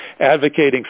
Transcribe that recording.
advocating